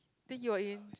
then he got in